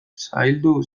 zaildu